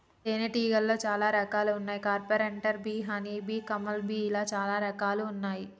తేనే తీగలాల్లో చాలా రకాలు వున్నాయి carpenter bee honey bee, bumble bee ఇలా చాలా రకాలు